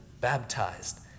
baptized